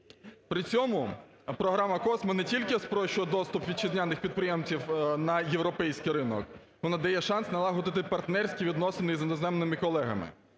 При цьому програма COSME не тільки спрощує доступ вітчизняних підприємців на європейський ринок, вона дає шанс налагодити партнерські відносини з іноземними колегами.